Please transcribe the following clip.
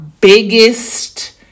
biggest